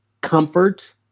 comfort